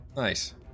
Nice